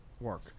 work